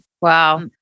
Wow